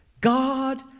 God